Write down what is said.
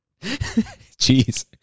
Jeez